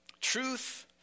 truth